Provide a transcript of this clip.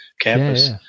campus